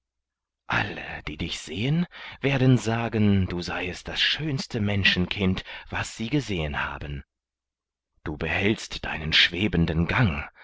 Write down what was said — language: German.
alle die dich sehen werden sagen du seiest das schönste menschenkind was sie gesehen haben du behältst deinen schwebenden gang